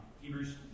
Hebrews